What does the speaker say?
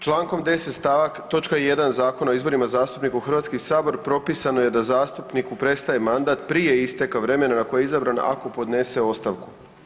Člankom 10. točka 1. Zakona o izborima zastupnika u Hrvatski sabor propisano je da zastupniku prestaje mandat prije isteka vremena na koje je izabran ako podnese ostavku.